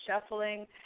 shuffling